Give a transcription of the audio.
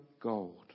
gold